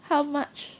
how much